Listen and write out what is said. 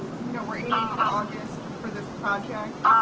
you know, we're aiming for august for this project,